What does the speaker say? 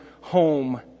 home